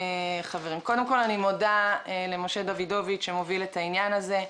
אני מודה למשה דוידוביץ' שמוביל את העניין הזה,